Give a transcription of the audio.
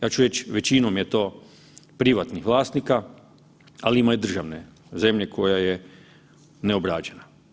Ja ću reć većinom je to privatnih vlasnika, ali ima i državne zemlje koja je neobrađena.